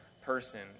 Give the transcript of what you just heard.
person